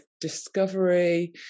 discovery